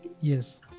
Yes